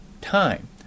time